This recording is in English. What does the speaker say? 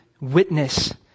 witness